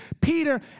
Peter